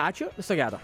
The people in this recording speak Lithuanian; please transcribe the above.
ačiū viso gero